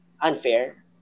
unfair